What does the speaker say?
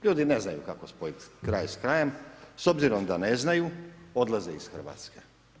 Ljudi ne znaju kako spojit kraj s krajem, s obzirom da ne znaju, odlaze iz Hrvatske.